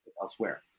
elsewhere